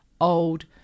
old